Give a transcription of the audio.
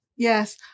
Yes